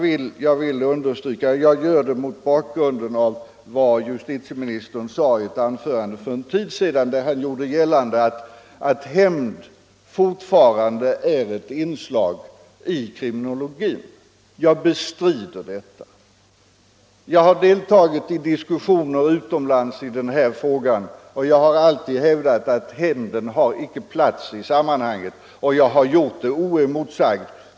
I ett anförande för en tid sedan gjorde justitieministern gällande att hämnd fortfarande är ett inslag i kriminologin. Jag bestrider detta. Jag har deltagit i diskussioner utomlands i denna fråga och jag har alltid hävdat att hämnd icke har någon plats i sammanhanget. Jag har gjort det oemotsagd.